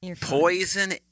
poison